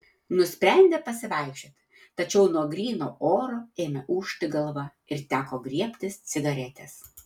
nusprendė pasivaikščioti tačiau nuo gryno oro ėmė ūžti galva ir teko griebtis cigaretės